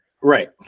Right